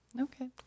Okay